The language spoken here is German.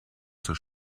zur